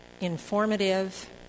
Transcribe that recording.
informative